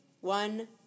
one